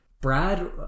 Brad